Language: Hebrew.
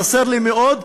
חסר לי מאוד.